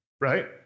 right